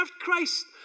Christ